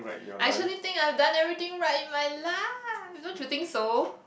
I actually think I've done everything right in my life don't you think so